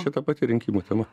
čia ta pati rinkimų tema